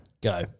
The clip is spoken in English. Go